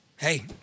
Hey